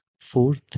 fourth